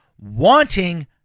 wanting